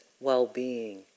well-being